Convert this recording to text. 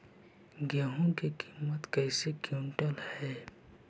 गेहू के किमत कैसे क्विंटल है?